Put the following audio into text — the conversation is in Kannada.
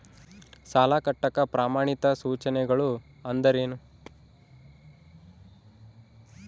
ಸಾಲ ಕಟ್ಟಾಕ ಪ್ರಮಾಣಿತ ಸೂಚನೆಗಳು ಅಂದರೇನು?